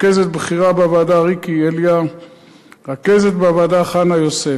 רכזת בכירה בוועדה ריקי אליה ורכזת בוועדה חנה יוסף,